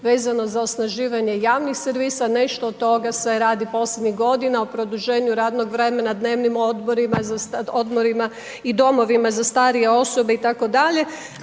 vezano za osnaživanje javnih servisa, nešto od toga se radi posljednjih godina, o produženju radnog vremena, dnevnim odmorima i domovina za starije osobe itd.,